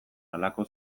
halako